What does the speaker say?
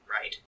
right